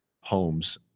homes